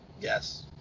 Yes